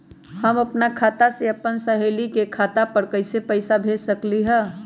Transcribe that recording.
हम अपना खाता से अपन सहेली के खाता पर कइसे पैसा भेज सकली ह?